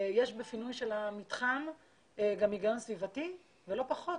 בפינוי המתחם יש גם הגיון סביבתי ולא פחות,